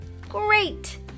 Great